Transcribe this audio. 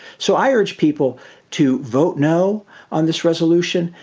so, i urge people to vote no on this resolution.